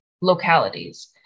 localities